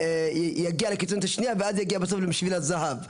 יגיע לקיצוניות השנייה, ואז יגיע בסוף לשביל הזהב.